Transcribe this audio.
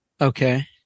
Okay